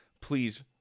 Please